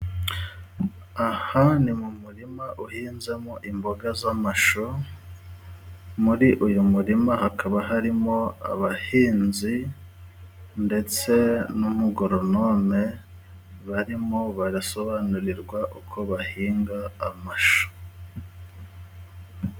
Aha ni mu murima uhinzemo imboga z'amashu, muri uyu murima hakaba harimo abahinzi ndetse n'umugoronome, barimo barasobanurirwa uko bahinga amashu.